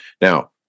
now